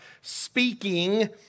speaking